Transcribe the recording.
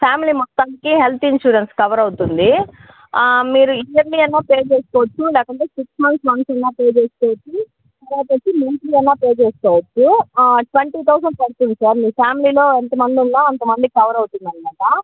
family మొత్తానికి health insurance cover అవుతుంది మీరు ఇఎంఐ అయినా పే చేసుకొచ్చు లేకుంటే సిక్స్ మంత్స్కి వన్స్ అయినా పే చేసుకొచ్చు తర్వాతోచ్చి నెల నెల పే చేసుకొచ్చు ట్వెంటీ థౌజండ్ పడుతుంది సార్ మీ ఫ్యామిలీలో ఎంతమంది ఉన్నా అంతమందికి కవర్ అవుతుందనమాట